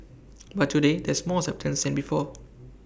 but today there's more acceptance than before